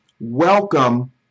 welcome